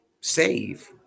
save